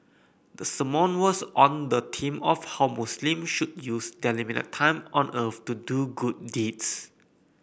the sermon was on the theme of how Muslims should use their limited time on earth to do good deeds